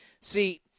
see